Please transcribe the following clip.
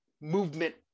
movement